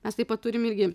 mes taip pat turim irgi